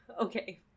Okay